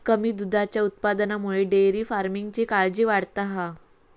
कमी दुधाच्या उत्पादनामुळे डेअरी फार्मिंगची काळजी वाढता हा